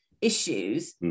issues